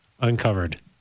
uncovered